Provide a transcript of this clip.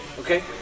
okay